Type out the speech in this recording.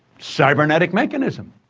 cybernetic mechanism,